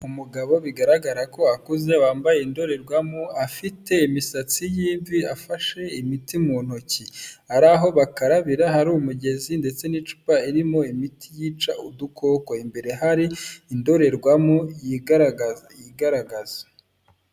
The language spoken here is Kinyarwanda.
Umugabo bigaragara ko akuze, wambaye indorerwamo, afite imisatsi y'imvi, afashe imiti mu ntoki. Ari aho bakarabira hari umugezi, ndetse n'icupa irimo imiti yica udukoko. Imbere hari indorerwamo yigaragaza.